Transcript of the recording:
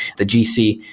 the gc.